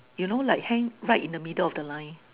you know like hang right in the middle of the line